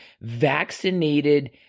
vaccinated